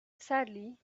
sadly